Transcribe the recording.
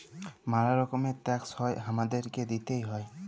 ম্যালা রকমের ট্যাক্স হ্যয় হামাদেরকে দিতেই হ্য়য়